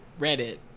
Reddit